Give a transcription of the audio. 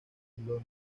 londres